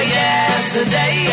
yesterday